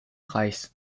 reichs